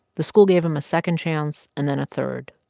the school gave him a second chance and then a third.